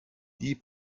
die